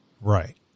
Right